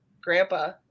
grandpa